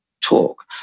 talk